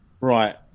Right